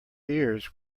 ears